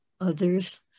others